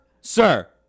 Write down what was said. sir